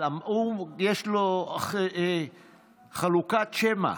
יש לו חלוקת שמע.